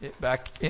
Back